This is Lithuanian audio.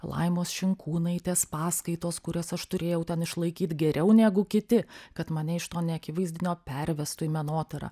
laimos šinkūnaitės paskaitos kurias aš turėjau ten išlaikyt geriau negu kiti kad mane iš to neakivaizdinio pervestų į menotyrą